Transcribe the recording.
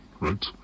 right